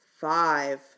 five